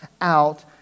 out